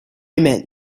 meant